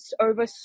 over